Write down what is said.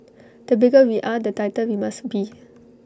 the bigger we are the tighter we must be